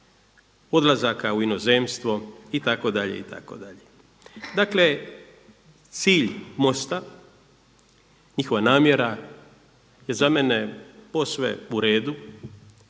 odlazaka u inozemstvo itd., itd. Dakle, cilj Mosta, njihova namjera je za mene posve u redu